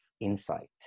insight